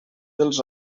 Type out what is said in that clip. dels